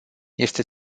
este